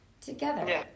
together